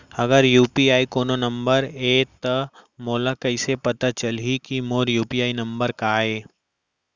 अगर यू.पी.आई कोनो नंबर ये त मोला कइसे पता चलही कि मोर यू.पी.आई नंबर का ये?